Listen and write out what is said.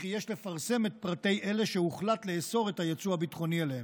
וכי יש לפרסם את פרטי אלו שהוחלט לאסור את היצוא הביטחוני אליהן.